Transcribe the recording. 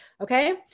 okay